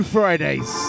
Fridays